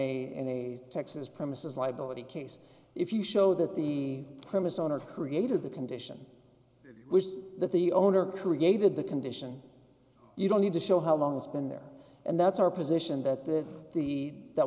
knowledge in a texas premises liability case if you show that the premise on or created the condition it was that the owner created the condition you don't need to show how long it's been there and that's our position that the deed th